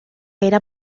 era